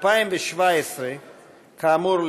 התשע"ח 2017. כאמור,